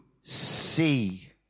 see